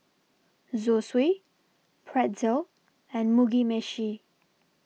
Zosui Pretzel and Mugi Meshi